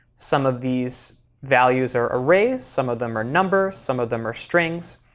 some of these values are arrays, some of them are numbers, some of them are strings.